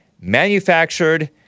manufactured